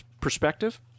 perspective